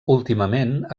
últimament